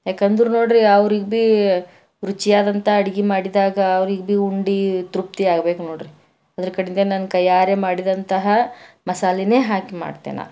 ಏಕೆಂದ್ರೆ ನೋಡ್ರಿ ಅವ್ರಿಗೆ ಭೀ ರುಚಿಯಾದಂಥ ಅಡ್ಗೆ ಮಾಡಿದಾಗ ಅವ್ರಿಗೆ ಭೀ ಉಂಡು ತೃಪ್ತಿ ಆಗ್ಬೇಕು ನೋಡ್ರಿ ಅದ್ರ ಕಡಿಂದ ನಾನು ಕೈಯ್ಯಾರೆ ಮಾಡಿದಂತಹ ಮಸಾಲೆನೆ ಹಾಕಿ ಮಾಡ್ತೆ ನಾ